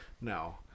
No